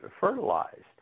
fertilized